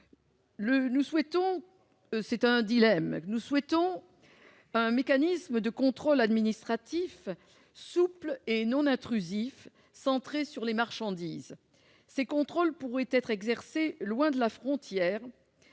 Nous souhaitons un mécanisme de contrôle administratif souple et non intrusif centré sur les marchandises. Ces contrôles pourraient être exercés loin de la frontière,